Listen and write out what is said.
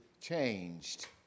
changed